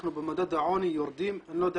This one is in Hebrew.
אנחנו במדד העוני יורדים ואני לא יודע